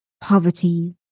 poverty